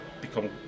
become